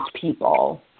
people